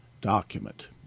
document